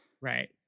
right